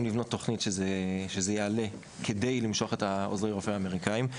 לבנות תכנית שזה יעלה כדי למשוך עוזרי רופא אמריקנים.